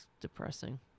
depressing